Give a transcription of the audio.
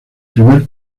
primer